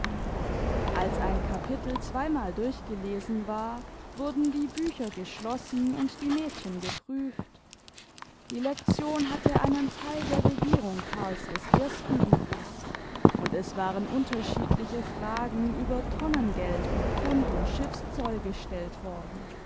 als ein kapitel zweimal durchgelesen war wurden die bücher geschlossen und die mädchen geprüft die lektion hatte einen teil der regierung karls i umfaßt und es waren unterschiedliche fragen über tonnengeld und pfund und schiffszoll gestellt worden